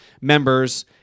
members